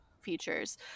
features